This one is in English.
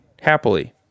happily